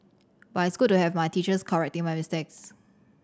but it's good to have my teachers correcting my mistakes